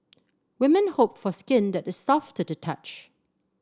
women hope for skin that is soft to the touch